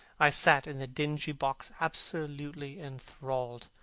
i sat in the dingy box absolutely enthralled.